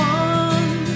one